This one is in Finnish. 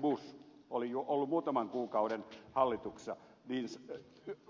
bush oli jo ollut muutaman kuukauden hallituksessa